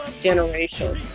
generation